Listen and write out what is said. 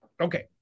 okay